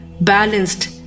balanced